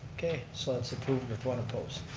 okay so that's approved with one opposed.